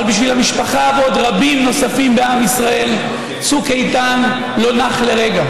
אבל בשביל המשפחה ועוד רבים נוספים בעם ישראל צוק איתן לא נח לרגע,